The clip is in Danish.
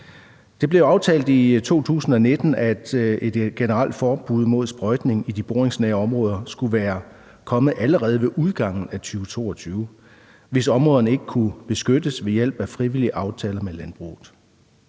Det blev jo i 2019 aftalt, at et generelt forbud mod sprøjtning i de boringsnære områder skulle komme allerede ved udgangen af 2022, hvis områderne ikke kunne beskyttes ved hjælp af frivillige aftaler med landbruget.